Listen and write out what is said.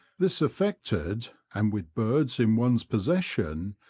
this affected, and with birds in one's possession,